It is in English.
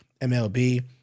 MLB